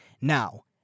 Now